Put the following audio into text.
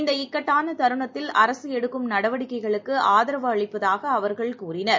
இந்த இக்கட்டானதருணத்தில் அரசுஎடுக்கும் நடவடிக்கைகளுக்கு ஆதரவு அளிப்பதாகஅவர்கள் கூறினர்